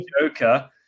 joker